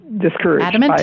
discouraged